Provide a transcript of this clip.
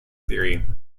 theory